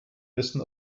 essen